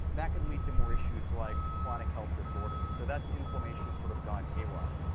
that can lead to more issues, like chronic health disorders. so that's inflammation sort of gone haywire.